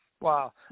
Wow